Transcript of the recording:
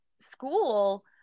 school